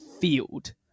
field